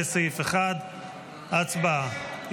לסעיף 1. הצבעה,